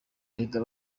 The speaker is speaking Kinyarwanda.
perezida